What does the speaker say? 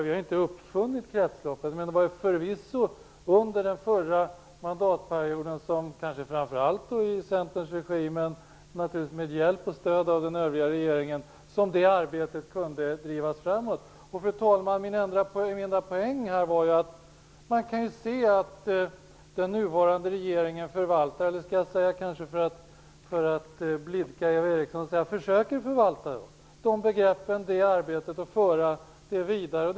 Vi har inte uppfunnit kretsloppet, men det var förvisso under den förra mandatperioden - kanske framför allt i Centerns regi men naturligtvis med hjälp och stöd av den övriga regeringen - som det arbetet kunde drivas framåt. Fru talman! Man kan se att den nuvarande regeringen förvaltar - eller skall jag för att blidka Eva Eriksson säga försöker förvalta - de begreppen och det arbetet och för det vidare. Det var min poäng.